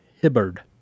Hibbard